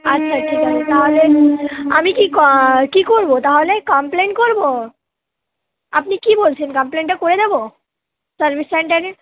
আচ্ছা ঠিক আছে তাহলে আমি কী ক কী করবো তাহলে কমপ্লেন করবো আপনি কি বলছেন কামপ্লেনটা করে দেবো সার্ভিস সেন্টারে